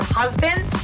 husband